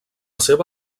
seva